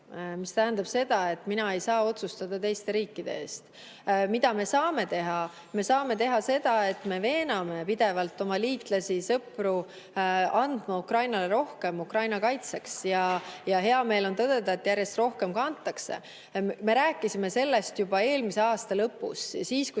mis tähendab seda, et mina ei saa otsustada teiste riikide eest. Mida me saame teha? Me saame teha seda, et me veename pidevalt oma liitlasi, sõpru andma Ukrainale rohkem [abi] Ukraina kaitseks. Ja hea meel on tõdeda, et järjest rohkem ka antakse. Me rääkisime sellest juba eelmise aasta lõpus, kui